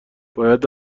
باید